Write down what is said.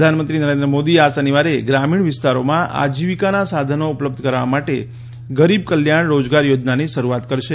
પ્રધાનમંત્રી નરેન્દ્ર મોદી આ શનિવારે ગ્રામીણ વિસ્તારોમાં આજીવીકાના સાધનો ઉપલબ્ધ કરાવવા માટે ગરીબ કલ્યાણ રોજગાર યોજનાની શરૂઆત કરશે